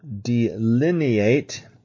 Delineate